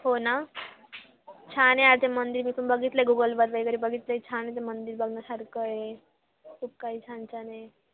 हो ना छान आहे या ते मंदिर मी पण बघितलं गुगलवर वगैरे बघितलं छान आहे ते मंदिर बघण्यासारखं आहे खूप काही छान छान आहे